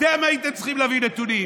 אתם הייתם צריכים להביא נתונים.